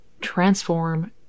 transform